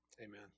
amen